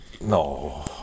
No